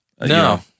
no